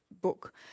book